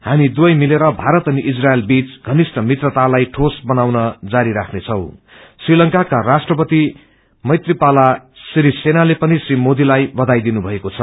हामी दुवै मिलेर भारत अनि इज्रपाइल बीच घनिष्ठ मित्रतालाइ ठोस बनाउन जारी राख्नेछौँ री लंकामा राष्ट्रपति मैत्रीपाला सिरिसेलाले पनि श्री मोदीलाई बयाई दिनुभएको छ